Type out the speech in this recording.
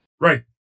Right